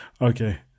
okay